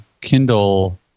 Kindle